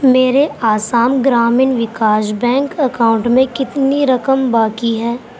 میرے Assam Gramin Vikas bank account میں کتنی رقم باقی ہے